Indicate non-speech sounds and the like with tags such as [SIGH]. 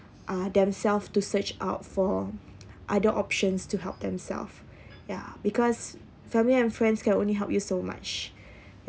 uh themselves to search out for [NOISE] other options to help themselves ya because family and friends can only help you so much